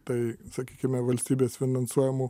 tai sakykime valstybės finansuojamų